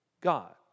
God